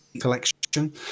collection